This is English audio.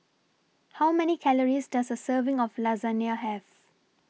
How Many Calories Does A Serving of Lasagne Have